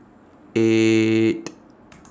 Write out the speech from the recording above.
eight